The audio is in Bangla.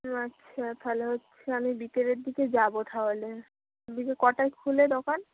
ও আচ্ছা তাহলে হচ্ছে আমি বিকেলের দিকে যাবো তাহলে বিকেলে কটায় খুলে দোকান